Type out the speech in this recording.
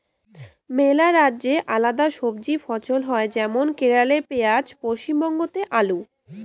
মেলা রাজ্যে আলাদা সবজি ফছল হই যেমন কেরালে পেঁয়াজ, পশ্চিমবঙ্গতে আলু